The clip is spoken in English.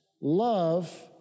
Love